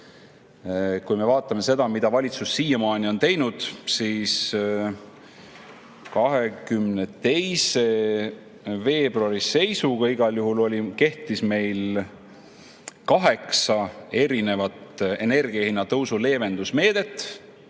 Kui me vaatame seda, mida valitsus siiamaani on teinud, siis 22. veebruari seisuga kehtis meil kaheksa erinevat energiahinnatõusu leevendamise meedet,